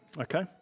Okay